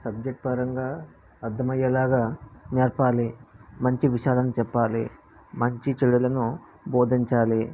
subject పరంగా అర్థం అయ్యేలాగా నేర్పాలి మంచి విషయాలను చెప్పాలి మంచి చెడులను బోధించాలి